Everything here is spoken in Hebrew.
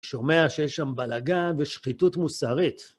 שומע שיש שם בלאגן ושחיתות מוסרית.